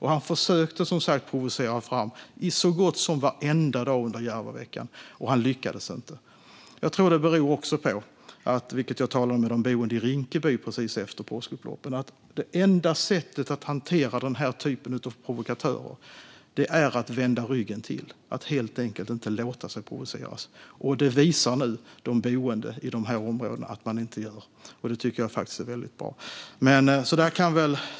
Han försökte som sagt så gott som varenda dag under Järvaveckan provocera fram något, och han lyckades inte. Jag tror att det beror på, vilket jag talade med de boende i Rinkeby om precis efter påskupploppen, att det enda sättet att hantera denna typ av provokatörer är att vända ryggen till, att helt enkelt inte låta sig provoceras. De boende i dessa områden visar nu att de inte låter sig provoceras, och det tycker jag är väldigt bra.